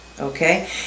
okay